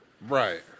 right